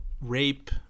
rape